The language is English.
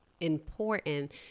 important